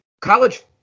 college